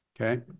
okay